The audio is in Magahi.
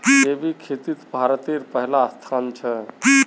जैविक खेतित भारतेर पहला स्थान छे